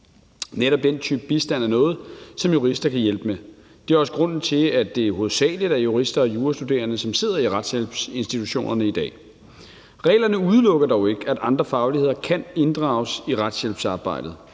Netop den type bistand er noget, som jurister kan hjælpe med. Det er også grunden til, at det hovedsagelig er jurister og jurastuderende, som sidder i retshjælpsinstitutionerne i dag. Reglerne udelukker dog ikke, at andre fagligheder kan inddrages i retshjælpsarbejdet.